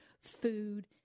food